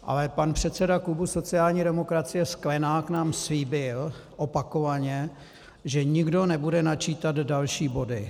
Ale pan předseda klubu sociální demokracie Sklenák nám slíbil opakovaně, že nikdo nebude načítat další body.